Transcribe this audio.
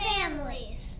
Families